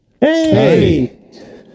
hey